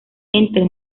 entre